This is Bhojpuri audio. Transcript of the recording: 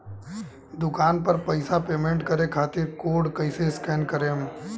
दूकान पर पैसा पेमेंट करे खातिर कोड कैसे स्कैन करेम?